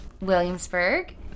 Williamsburg